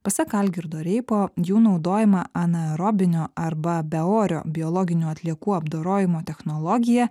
pasak algirdo reipo jų naudojimą anaerobinio arba beorio biologinių atliekų apdorojimo technologija